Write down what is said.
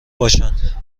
باشند